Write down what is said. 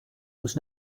was